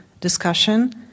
discussion